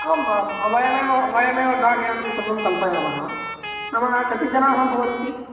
आम् आं वयमेव वयमेव कार्यानं सर्वं कल्पयामः नाम कति जनाः भवन्ति